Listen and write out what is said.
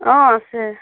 অ আছে